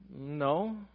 No